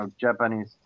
Japanese